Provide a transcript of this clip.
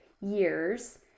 years